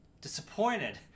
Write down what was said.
disappointed